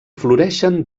floreixen